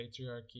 patriarchy